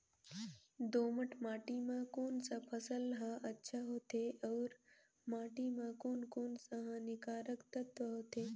दोमट माटी मां कोन सा फसल ह अच्छा होथे अउर माटी म कोन कोन स हानिकारक तत्व होथे?